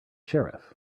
sheriff